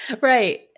right